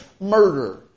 murder